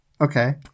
Okay